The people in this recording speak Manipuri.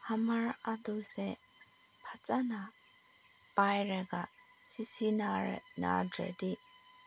ꯍꯃꯔ ꯑꯗꯨꯁꯦ ꯐꯖꯅ ꯄꯥꯏꯔꯒ ꯁꯤꯖꯤꯟꯅꯗ꯭ꯔꯗꯤ